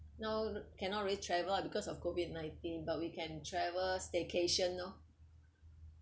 no cannot really travel ah because of COVID nineteen but we can travel staycation lor